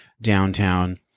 downtown